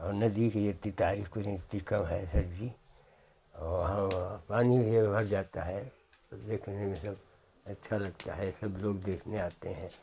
और नदी की जितनी तारीफ़ करें उतनी कम है सर जी और वहाँ पानी भी भर जाता है तो देखने में सब अच्छा लगता है सब लोग देखने आते हैं